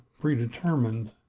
predetermined